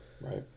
right